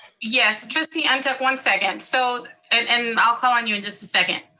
yes, trustee ah ntuk, one second. so and and i'll call on you in just a second.